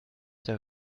der